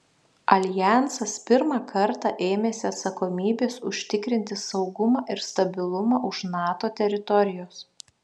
aljansas pirmą kartą ėmėsi atsakomybės užtikrinti saugumą ir stabilumą už nato teritorijos